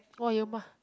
!wah! you ma~